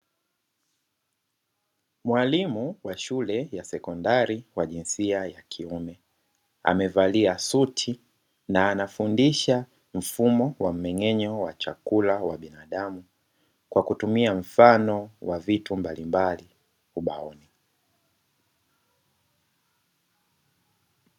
Mwalimu wa shule ya sekondari wa jinsia ya kiume amevalia suti na anafundisha mfumo wa mmeng'enyo wa chakula wa binadamu kwa kutumia mfano wa vitu mali mbali ubaoni.